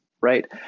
right